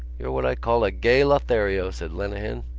you're what i call a gay lothario, said lenehan.